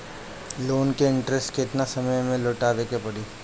Loan के interest केतना समय में लौटावे के पड़ी?